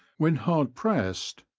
when hard pressed,